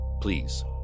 Please